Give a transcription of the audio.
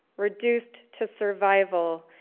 reduced to survival,